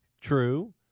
true